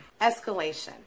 escalation